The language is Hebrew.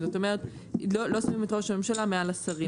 זאת אומרת לא שמים את ראש הממשלה מעל השרים.